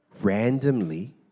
randomly